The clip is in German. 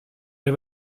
der